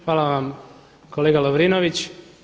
Hvala vam kolega Lovrinović.